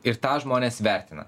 ir tą žmonės vertina